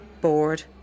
Bored